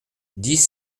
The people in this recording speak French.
dix